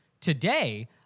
today